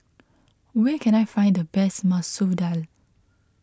where can I find the best Masoor Dal